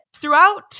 Throughout